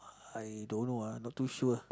I don't know ah not too sure